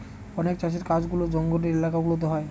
অনেক চাষের কাজগুলা জঙ্গলের এলাকা গুলাতে হয়